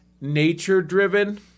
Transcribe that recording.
nature-driven